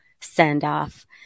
send-off